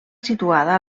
situada